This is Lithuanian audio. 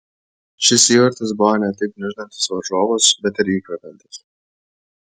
šis įvartis buvo ne tik gniuždantis varžovus bet ir įkvepiantis